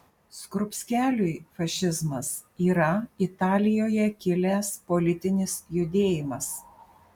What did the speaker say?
skrupskeliui fašizmas yra italijoje kilęs politinis judėjimas